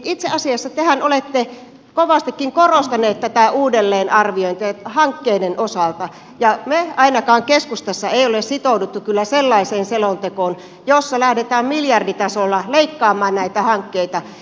itse asiassa tehän olette kovastikin korostaneet tätä uudelleenarviointia hankkeiden osalta ja me ainakaan keskustassa emme ole sitoutuneet sellaiseen selontekoon jossa lähdetään miljarditasolla leikkaamaan näitä hankkeita